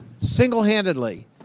single-handedly